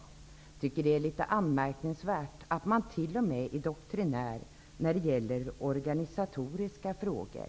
Jag tycker att det är anmärkningsvärt att man t.o.m. är doktrinär när det gäller organisatoriska frågor.